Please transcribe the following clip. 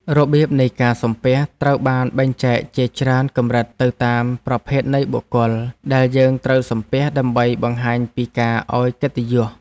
របៀបនៃការសំពះត្រូវបានបែងចែកជាច្រើនកម្រិតទៅតាមប្រភេទនៃបុគ្គលដែលយើងត្រូវសំពះដើម្បីបង្ហាញពីការឱ្យកិត្តិយស។